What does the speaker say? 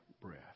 breath